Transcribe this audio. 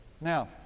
Now